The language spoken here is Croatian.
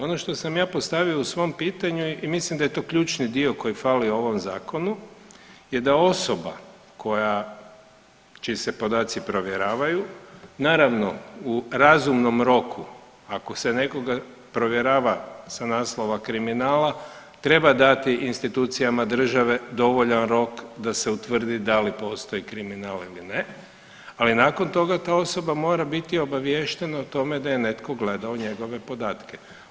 Ono što sam ja postavio u svom pitanju i mislim da je to ključni dio koji fali ovom zakonu je da osoba koja, čiji se podaci provjeravaju naravno u razumnom roku ako se nekoga provjerava sa naslova kriminala treba dati institucijama države dovoljan rok da se utvrdi da li postoji kriminal ili ne, ali nakon toga ta osoba mora biti obavještena o tome da netko gledao njegove podatke.